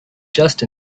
just